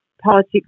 Politics